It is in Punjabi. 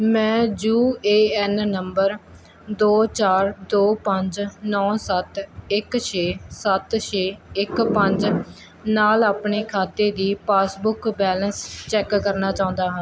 ਮੈਂ ਯੂ ਏ ਐਨ ਨੰਬਰ ਦੋ ਚਾਰ ਦੋ ਪੰਜ ਨੌ ਸੱਤ ਇੱਕ ਛੇ ਸੱਤ ਛੇ ਇੱਕ ਪੰਜ ਨਾਲ ਆਪਣੇ ਖਾਤੇ ਦੀ ਪਾਸਬੁੱਕ ਬੈਲੇਂਸ ਚੈੱਕ ਕਰਨਾ ਚਾਹੁੰਦਾ ਹਾਂ